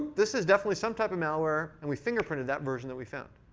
this is definitely some type of malware, and we fingerprinted that version that we found.